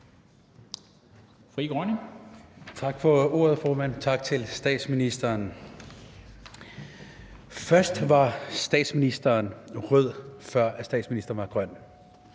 (FG): Tak for ordet, formand. Tak til statsministeren. Statsministeren var rød, før statsministeren var grøn.